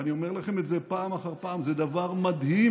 ואני אומר לכם את זה פעם אחר פעם, זה דבר מדהים,